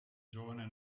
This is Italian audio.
giovane